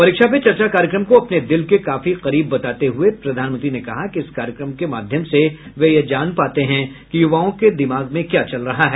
परीक्षा पे चर्चा कार्यक्रम को अपने दिल के काफी करीब बताते हुए प्रधानमंत्री ने कहा कि इस कार्यक्रम के माध्यम से वे यह जान पाते हैं कि युवाओं के दिमाग में क्या चल रहा है